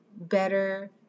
better